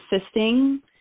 assisting